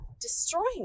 destroying